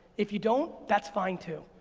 if you don't, that's fine too.